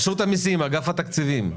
רשות המסים, אגף התקציבים.